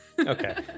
Okay